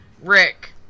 Rick